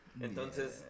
Entonces